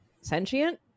sentient